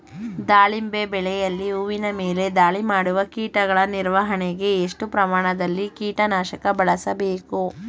ದಾಳಿಂಬೆ ಬೆಳೆಯಲ್ಲಿ ಹೂವಿನ ಮೇಲೆ ದಾಳಿ ಮಾಡುವ ಕೀಟಗಳ ನಿರ್ವಹಣೆಗೆ, ಎಷ್ಟು ಪ್ರಮಾಣದಲ್ಲಿ ಕೀಟ ನಾಶಕ ಬಳಸಬೇಕು?